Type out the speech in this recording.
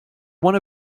one